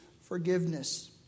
forgiveness